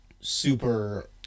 super